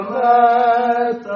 let